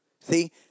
see